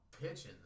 Pigeons